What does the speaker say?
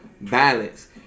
balance